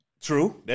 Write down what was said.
True